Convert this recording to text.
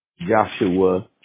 joshua